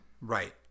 right